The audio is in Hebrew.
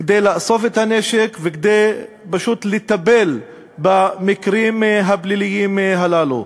כדי לאסוף את הנשק וכדי לטפל במקרים הפליליים הללו.